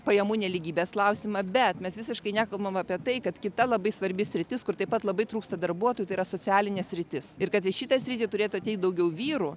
pajamų nelygybės klausimą bet mes visiškai nekalbam apie tai kad kita labai svarbi sritis kur taip pat labai trūksta darbuotojų tai yra socialinė sritis ir kad šitą sritį turėtų ateiti daugiau vyrų